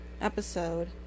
episode